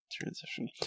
transition